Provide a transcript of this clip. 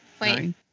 Nine